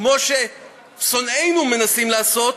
כמו ששונאינו מנסים לעשות,